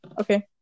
Okay